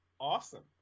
Awesome